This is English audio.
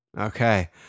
Okay